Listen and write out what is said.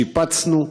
שיפצנו,